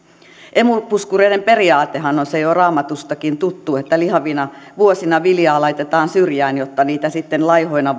emu puskureiden periaatehan on se jo raamatustakin tuttu että lihavina vuosina viljaa laitetaan syrjään jotta niitä sitten laihoina